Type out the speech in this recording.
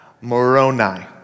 moroni